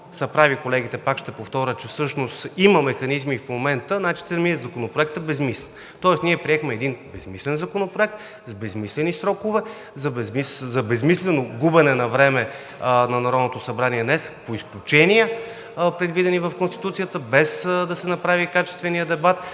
са прави колегите, пак ще повторя, че всъщност има механизми, и в момента значи самият Законопроект е безсмислен. Тоест, ние приехме един безсмислен Законопроект, с безсмислени срокове, за безсмислено губене на време на Народното събрание днес по изключения, предвидени в Конституцията, без да се направи качественият дебат,